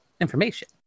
information